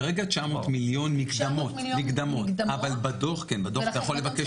כרגע 900 מיליון מקדמות אבל בדוח אתה יכול לבקש